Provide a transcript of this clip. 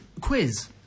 quiz